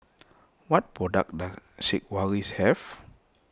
what products does Sigvaris have